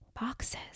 boxes